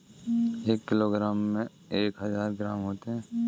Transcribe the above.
एक किलोग्राम में एक हजार ग्राम होते हैं